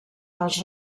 als